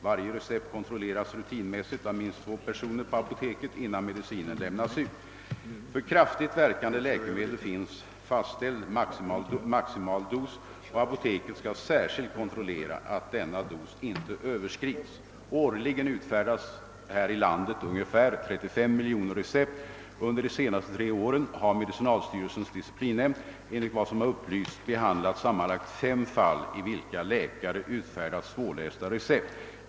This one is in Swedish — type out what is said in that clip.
Varje recept kontrolleras rutinmässigt av minst två personer på apoteket innan medicinen lämnas ut. För kraftigt verkande läkemedel finns en fastställd maximaldos, och apoteket skall särskilt kontrollera att denna dos inte överskrids. Årligen utfärdas här i landet ungefär 35 miljoner recept. Under de senaste tre åren har medicinalstyrelsens disci plinnämnd enligt vad som upplysts behandlat sammanlagt fem fall i vilka läkare utfärdat svårläsliga recept.